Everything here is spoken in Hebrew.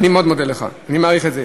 אני מאוד מודה לך, אני מעריך את זה.